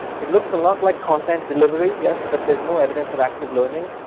it looks a lot like content delivery yes, but there's no evidence of active learning.